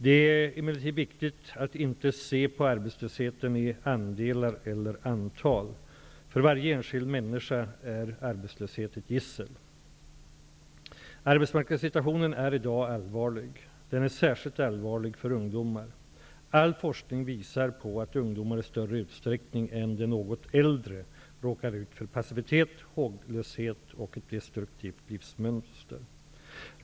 Det är emellertid viktigt att inte se på arbetslösheten i andelar eller antal. För varje enskild människa är arbetslöshet ett gissel. Arbetsmarknadssituationen är i dag allvarlig. Den är särskilt allvarlig för ungdomar. All forskning visar på att ungdomar i större utsträckning än de något äldre råkar ut för passivitet, håglöshet och ett destruktivt livsmönster.